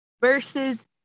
versus